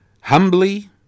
humbly